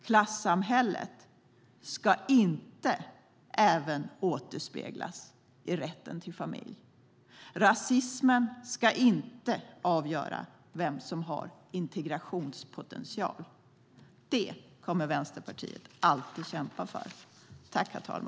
Klassamhället ska inte även återspeglas i rätten till familj. Rasismen ska inte avgöra vem som har integrationspotential. Det kommer Vänsterpartiet alltid att kämpa för.